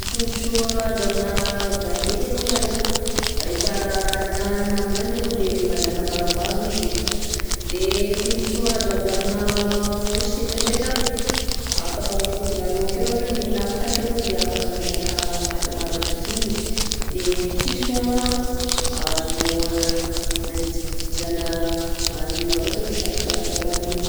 Ny tombotsoa azo amina baguette alongany a rehefa alaka hanina aminanjy anao a de mazaka maromaro izy, de ny tombotsoa azo avy amina fourchette ndreka afaka ahodikodignanao akeo raha ohatra hoe miinana paty anao de afaka mahazaka paty maro by sy igny, de kiso a azonao a handidididiana hanina ohatra hoe sarosarotra hohanina igny.